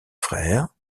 frère